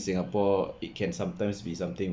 singapore it can sometimes be something